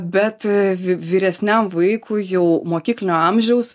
bet vyresniam vaikui jau mokyklinio amžiaus